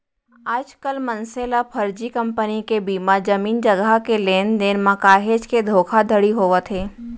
आजकल मनसे ल फरजी कंपनी के बीमा, जमीन जघा के लेन देन म काहेच के धोखाघड़ी होवत हे